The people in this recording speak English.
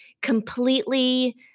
completely